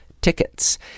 tickets